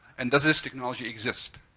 and does this technology exist?